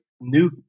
new